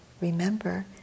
remember